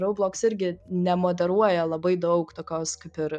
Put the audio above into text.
roubloks irgi nemoderuoja labai daug tokios kaip ir